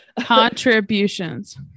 contributions